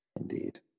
Indeed